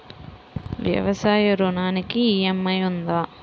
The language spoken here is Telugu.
వ్యవసాయ ఋణానికి ఈ.ఎం.ఐ ఉందా?